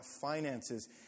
finances